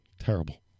Terrible